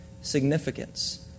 significance